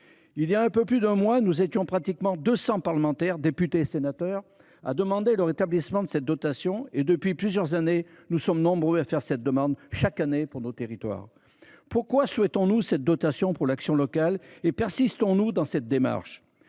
Il y a un peu plus d’un mois, nous étions presque 200 parlementaires, députés et sénateurs confondus, à demander le rétablissement de cette dotation ; depuis sa suppression, nous sommes nombreux à formuler cette requête, chaque année, pour nos territoires. Pourquoi souhaitons nous cette dotation pour l’action locale ? Pourquoi persistons nous dans notre démarche ?